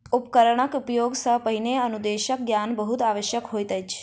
उपकरणक उपयोग सॅ पहिने अनुदेशक ज्ञान बहुत आवश्यक होइत अछि